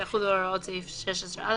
יחולו הוראות סעיף 16א,